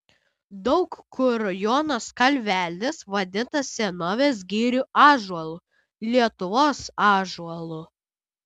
daug kur jonas kalvelis vadintas senovės girių ąžuolu lietuvos ąžuolu